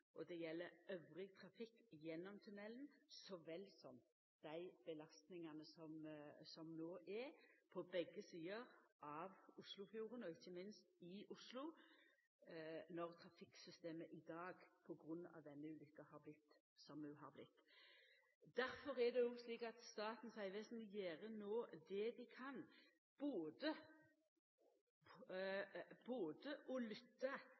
og annan trafikk gjennom tunnelen så vel som dei belastingane som er på begge sider av Oslofjorden og ikkje minst i Oslo, når trafikksystemet i dag på grunn av denne ulukka har vorte som det har vorte. Difor er det også slik at Statens vegvesen no gjer det dei kan – både